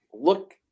look